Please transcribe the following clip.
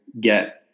get